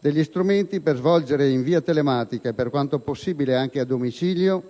degli strumenti per svolgere in via telematica, e per quanto possibile anche a domicilio,